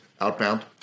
outbound